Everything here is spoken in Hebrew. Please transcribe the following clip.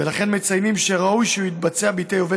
ולכן מציינים שראוי שהוא יתבצע בידי עובד